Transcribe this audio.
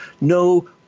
no